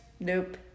Nope